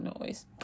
noise